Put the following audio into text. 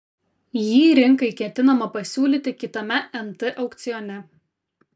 jį rinkai ketinama pasiūlyti kitame nt aukcione